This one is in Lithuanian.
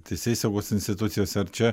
teisėsaugos institucijose ar čia